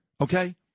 okay